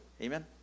amen